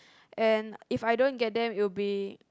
and If I don't get them it'll be